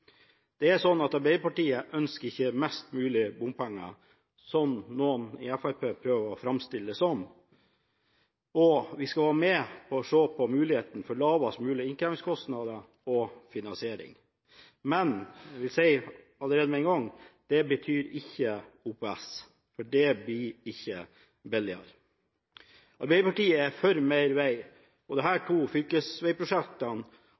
er ikke sånn at Arbeiderpartiet ønsker mest mulig bompenger, slik noen i Fremskrittspartiet prøver å framstille det, og vi skal være med på å se på muligheten for lavest mulig innkrevingskostnader og finansiering. Men jeg vil si allerede med én gang: Det betyr ikke OPS, for det blir ikke billigere. Arbeiderpartiet er for mer vei, og